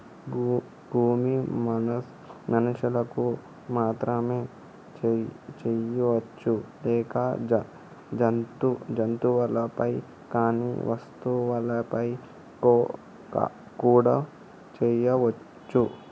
బీమా మనుషులకు మాత్రమే చెయ్యవచ్చా లేక జంతువులపై కానీ వస్తువులపై కూడా చేయ వచ్చా?